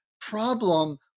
problem